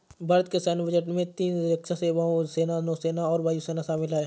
भारत के सैन्य बजट में तीन रक्षा सेवाओं, सेना, नौसेना और वायु सेना शामिल है